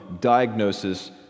diagnosis